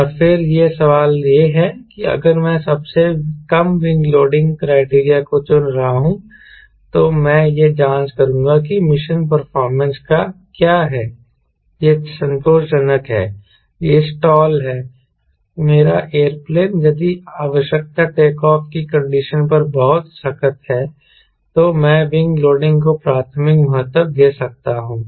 और फिर सवाल यह है कि अगर मैं सबसे कम विंग लोडिंग क्राइटेरिया को चुन रहा हूं तो मैं यह जांच करूंगा कि मिशन परफॉर्मेंस क्या है यह संतोषजनक है यह स्टाल है मेरा एयरप्लेन यदि आवश्यकता टेकऑफ की कंडीशन पर बहुत सख्त है तो मैं विंग लोडिंग को प्राथमिक महत्व दे सकता हूं